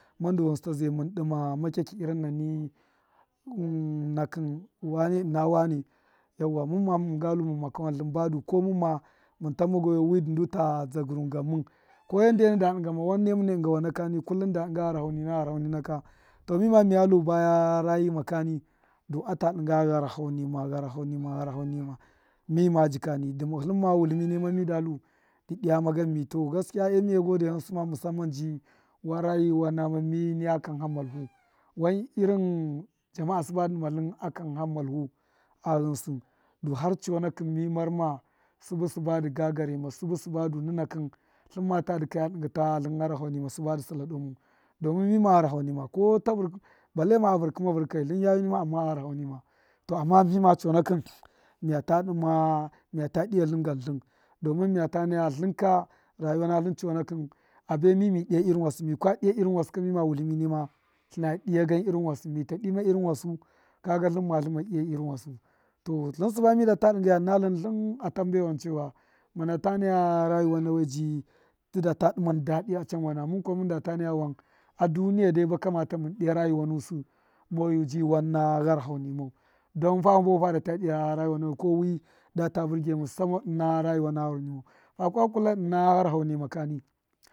Mun du ghṫnsṫ ta zai mun dima makyakyi irin na wane ṫna wane mumma mum gan lu mṫn maka wan tlṫn bayu komṫn tama guyu wṫ du ta zdagṫrun gare mun ko yande na dṫnga ma yande mune dṫnga wana kani kullum da dṫnga gharaho nina gharaho nina ka to mima miya lu baya miyo nama kani du ata dṫnga nu gharaho nima gharaho wtltlṫmi nime mida lu dṫyuma ganmi, to gaskiya e miye godeyu ghṫnsṫ ma musamman ji wan nama mi niya kan ha malvu wan irin ja’a siba dṫ dṫma tlṫn a kam ha malu a ghṫnsṫ du har chonakṫ mi marma sṫbṫ sṫba dṫ gagareme sṫbṫ sṫbi du nunakṫn tlṫn ma tu dṫkaya dṫngṫ ta tlṫn gharaho nima sṫba dṫ sṫla doo mau domun mima gharaho mima ko ta vṫrkṫ balle ma a vṫrkṫ ma vṫrkai tlṫn yayu nima amma gharaho nima to amma mima chonakṫn miyata dṫma miya dṫya tlṫ gan tlṫn domin miya ta naya tlṫnka rayuwa na tlṫn chonakṫn abe mi mi diya irin wasṫ mika dṫya irin wasṫ ka mima wutlṫmi nima tlṫna dṫya gan irin wasṫ mita dṫma irṫn wasṫ mita dṫma irin wasu kaga tlṫma tlṫmma dṫya irin wasu tlṫn a tamba wan chewa muna ta naya rayuwa na we ji tṫda ta dṫman dadṫ achanwana mun kuwa mun da ta naya aduniya dai ba kamata mun dṫya rayuwa nus moyu ji wanna gharaho ni mau, don fama bahu fada ta dṫya rayuwana ka wi data burge musamman ṫna rayuwa na gharahoni mau fakwa kwula ṫna gharahonima kani.